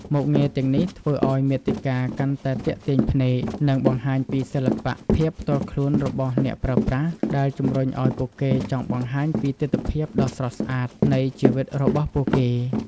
មុខងារទាំងនេះធ្វើឱ្យមាតិកាកាន់តែទាក់ទាញភ្នែក និងបង្ហាញពីសិល្បៈភាពផ្ទាល់ខ្លួនរបស់អ្នកប្រើប្រាស់ ដែលជំរុញឱ្យពួកគេចង់បង្ហាញពីទិដ្ឋភាពដ៏ស្រស់ស្អាតនៃជីវិតរបស់ពួកគេ។